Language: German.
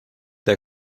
der